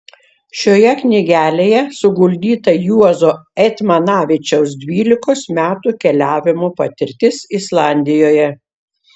šioje knygelėje suguldyta juozo eitmanavičiaus dvylikos metų keliavimo patirtis islandijoje